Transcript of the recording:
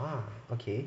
!wah! okay